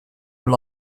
were